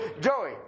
Joey